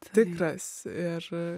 tikras ir